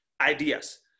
ideas